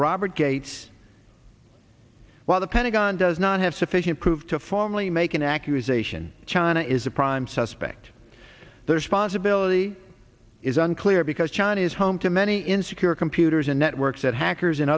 robert gates while the pentagon does not have sufficient proof to formally make an accusation china is a prime suspect the responsibility is unclear because china is home to many insecure computers and networks that hackers